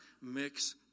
mix